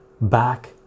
back